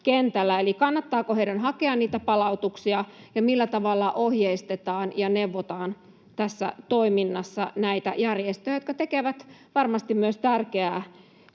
kentällä, eli kannattaako heidän hakea niitä palautuksia ja millä tavalla ohjeistetaan ja neuvotaan tässä toiminnassa näitä järjestöjä, jotka tekevät varmasti myös tärkeää